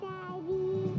Daddy